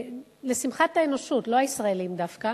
לשמחת האנושות, לא הישראלים דווקא,